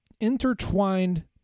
intertwined